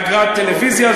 אגרת טלוויזיה.